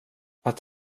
att